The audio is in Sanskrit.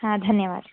हा धन्यवादः